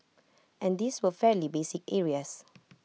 and these were fairly basic areas